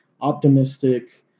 optimistic